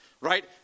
right